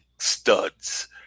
studs